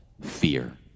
fear